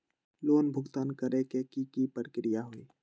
Loan भुगतान करे के की की प्रक्रिया होई?